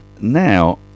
Now